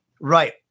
Right